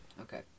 Okay